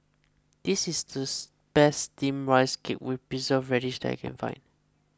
this is these best Steamed Rice Cake with Preserved Radish that I can find